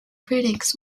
critics